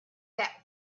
that